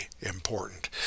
important